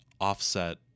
offset